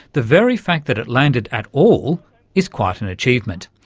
the very fact that it landed at all is quite an achievement.